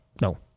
No